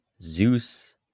Zeus